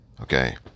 okay